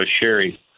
Sherry